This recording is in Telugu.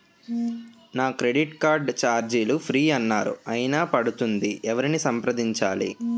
నా క్రెడిట్ కార్డ్ ఛార్జీలు ఫ్రీ అన్నారు అయినా పడుతుంది ఎవరిని సంప్రదించాలి?